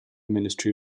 ministry